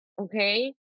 Okay